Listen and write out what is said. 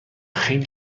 خیلی